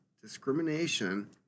discrimination